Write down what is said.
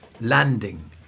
landing